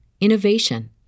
innovation